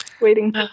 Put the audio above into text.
Waiting